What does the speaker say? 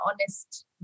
honest